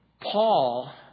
Paul